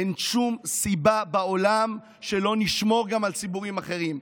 אין שום סיבה בעולם שלא נשמור גם על ציבורים אחרים,